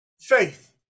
faith